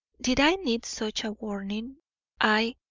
did i need such a warning i,